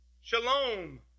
shalom